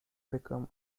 become